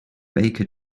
baker